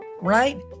right